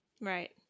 right